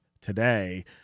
today